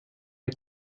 det